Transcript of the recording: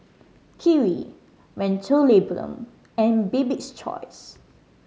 Kiwi Mentholatum and Bibik's Choice